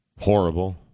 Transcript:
Horrible